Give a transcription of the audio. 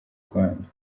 rwanda